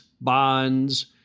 bonds